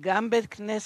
גם בית-כנסת,